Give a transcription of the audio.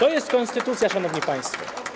To jest konstytucja, szanowni państwo.